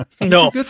No